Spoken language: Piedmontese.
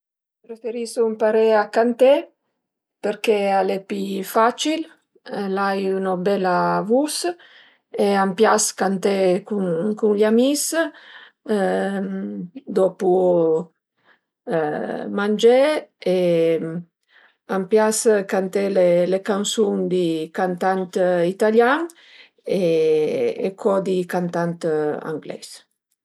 Preferisu ëmparé a canté perché al e pi facil, l'ai üna bela vus e a m'pias canté cun i amis dopu mangé e e m'pias canté le cansun di cantant italian e co di cantant angleis